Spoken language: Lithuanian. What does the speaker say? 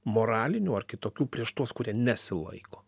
moralinių ar kitokių prieš tuos kurie nesilaiko